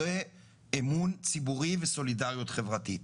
זה אמון ציבורי וסולידריות חברתית.